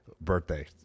birthday